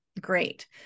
Great